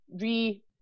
re